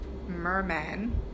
merman